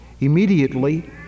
immediately